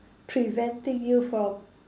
preventing you from